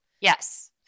Yes